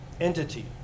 entity